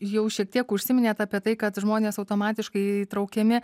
jau šiek tiek užsiminėt apie tai kad žmonės automatiškai įtraukiami